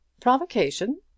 PROVOCATION